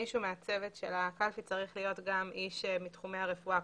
מישהו מהצוות של הקלפי צריך להיות גם איש מתחומי הרפואה.